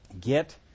Get